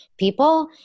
people